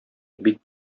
бик